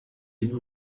den